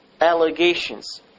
allegations